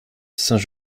saint